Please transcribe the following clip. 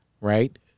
right